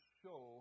show